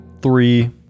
Three